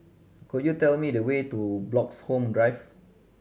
could you tell me the way to Bloxhome Drive